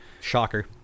Shocker